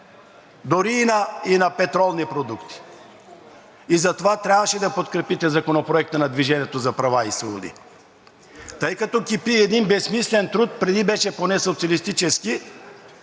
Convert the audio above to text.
дори и на петролни продукти! Затова трябваше да подкрепите Законопроекта на „Движение за права и свободи“. Тъй като кипи един безсмислен труд – преди беше поне социалистически,